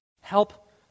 help